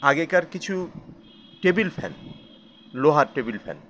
আগেকার কিছু table fan লোহার টেবিল ফ্যান